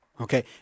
Okay